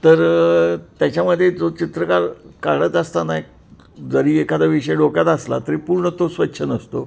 तर त्याच्यामध्ये जो चित्रकार काढत असताना जरी एखादा विषय डोक्यात असला तरी पूर्ण तो स्वच्छ नसतो